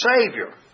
Savior